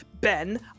Ben